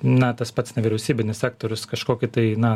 na tas pats nevyriausybinis sektorius kažkokį tai na